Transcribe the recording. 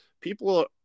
People